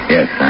Yes